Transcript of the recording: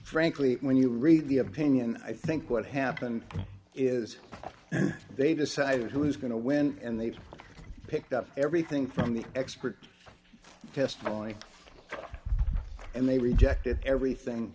frankly when you read the opinion i think what happened is they decided who was going to win and they picked up everything from the expert testimony and they rejected everything